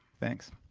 thanks.